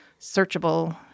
searchable